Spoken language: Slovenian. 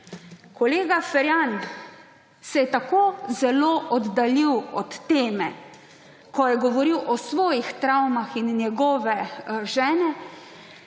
Kolega Ferjan se je tako zelo oddaljil od teme, ko je govoril o svojih travmah in travmah svoje žene,